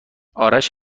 آرش